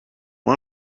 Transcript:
why